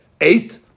Eight